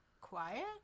quiet